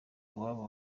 iwabo